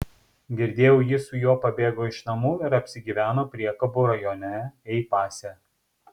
girdėjau ji su juo pabėgo iš namų ir apsigyveno priekabų rajone ei pase